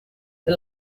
the